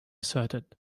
asserted